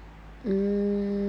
mm